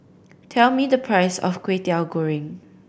tell me the price of Kwetiau Goreng